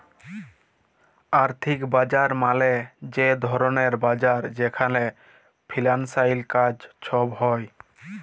আথ্থিক বাজার মালে যে ধরলের বাজার যেখালে ফিল্যালসের কাজ ছব হ্যয়